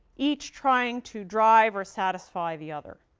each trying to drive or satisfy the other.